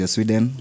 Sweden